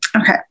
Okay